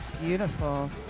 Beautiful